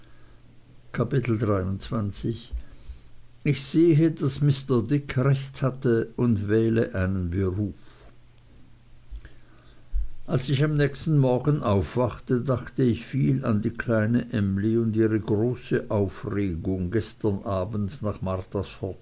ich sehe daß mr dick recht hatte und wähle einen beruf als ich am nächsten morgen aufwachte dachte ich viel an die kleine emly und große aufregung gestern abends nach martas